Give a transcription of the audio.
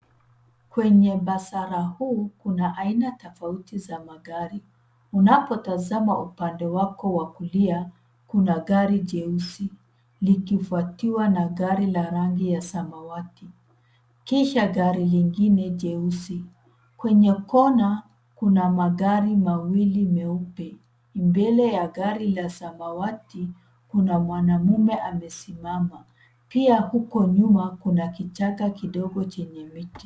Kwenye basara huu, kuna aina tofauti za magari unapotazama upande wako wa kulia kuna gari jeusi likifuatiwa na gari la rangi ya samawati, kisha gari lingine jeusi. Kwenye kona, kuna magari mawili meupe. Mbele ya gari la samawati, kuna mwanamume amesimama. Pia huko nyuma kuna kichaka kidogo chenye miti.